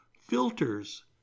filters